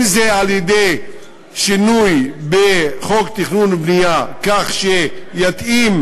אם על-ידי שינוי בחוק התכנון והבנייה כך שהוא יתאים